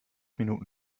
minuten